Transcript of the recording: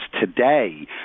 today